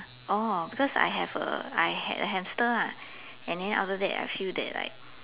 oh because I have a I had a hamster lah and then after that I feel that like